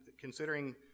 considering